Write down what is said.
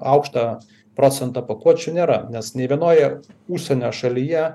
aukštą procentą pakuočių nėra nes nė vienoje užsienio šalyje